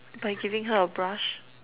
by giving her a brush